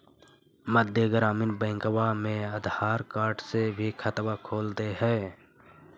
मध्य ग्रामीण बैंकवा मे आधार कार्ड से भी खतवा खोल दे है?